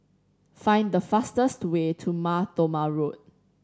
find the fastest way to Mar Thoma Road